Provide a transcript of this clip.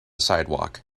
sidewalk